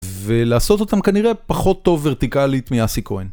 ולעשות אותם כנראה פחות טוב ורטיקלית מאסי כהן